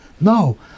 no